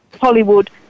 Hollywood